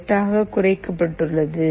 8 ஆக குறைக்கப்பட்டுள்ளது